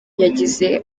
yagize